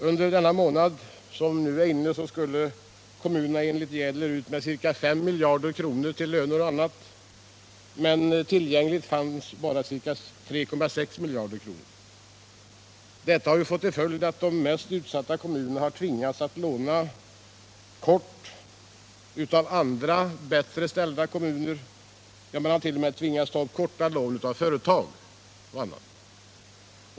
Under innevarande månad skall man enligt direktör Jädler ut med ca 5 miljarder kronor, bl.a. till löner, men det finns bara 3,6 miljarder i likvida medel. Detta har fått till följd att de mest utsatta kommunerna har tvingats att ta upp korta lån av andra, bättre ställda kommuner. Ja, man har t.o.m. tvingats ta upp korta lån av företag och andra.